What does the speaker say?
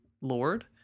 lord